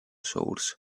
source